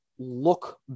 Look